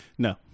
No